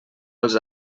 als